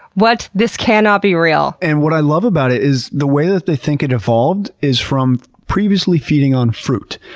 what? this cannot be real! and what i love about it is the way that they think it evolved is from previously feeding on fruit.